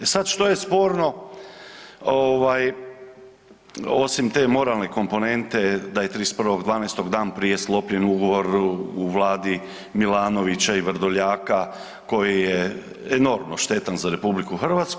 E sad što je sporno ovaj osim te moralne komponente da je 31.12. dan prije sklopljen ugovor u Vladi Milanovića i Vrdoljaka koji je enormno štetan za RH?